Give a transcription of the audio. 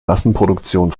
massenproduktion